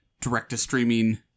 direct-to-streaming